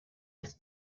has